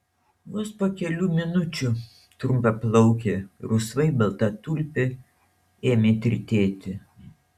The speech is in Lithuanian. vos po kelių minučių trumpaplaukė rusvai balta tulpė ėmė tirtėti